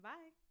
Bye